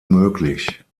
möglich